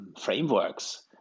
Frameworks